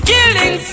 Killing